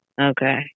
Okay